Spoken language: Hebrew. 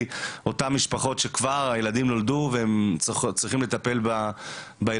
אותן משפחות שבהן כבר הילדים נולדו והם צריכים לטפל בהם.